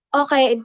okay